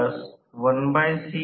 हे येथे काही बिंदू आहेत